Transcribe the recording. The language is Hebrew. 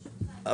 ברשותך,